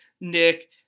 Nick